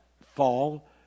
fall